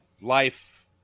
life